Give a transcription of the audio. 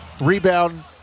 rebound